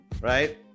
Right